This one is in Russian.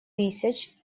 тысяч